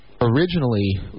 Originally